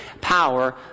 power